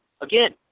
again